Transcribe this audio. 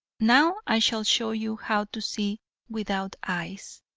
now i shall show you how to see without eyes.